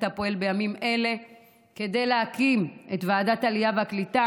שאתה פועל בימים אלה כדי להקים את ועדת העלייה והקליטה,